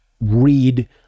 read